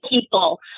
people